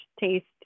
taste